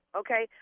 okay